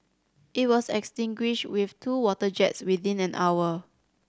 it was extinguished with two water jets within an hour